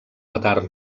matar